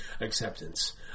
Acceptance